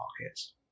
markets